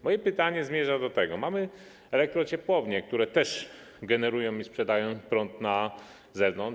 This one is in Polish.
Moje pytanie zmierza do tego: Mamy elektrociepłownie, które też generują i sprzedają prąd na zewnątrz.